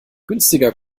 günstiger